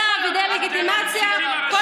אתם מדברים על הסתה ודה-לגיטימציה.